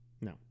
No